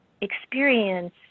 experience